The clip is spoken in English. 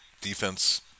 defense